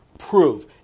Prove